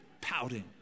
pouting